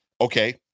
okay